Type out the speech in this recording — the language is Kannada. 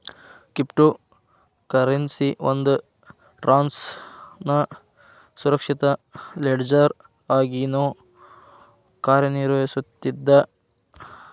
ಕ್ರಿಪ್ಟೊ ಕರೆನ್ಸಿ ಒಂದ್ ಟ್ರಾನ್ಸ್ನ ಸುರಕ್ಷಿತ ಲೆಡ್ಜರ್ ಆಗಿನೂ ಕಾರ್ಯನಿರ್ವಹಿಸ್ತದ